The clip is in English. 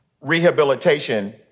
rehabilitation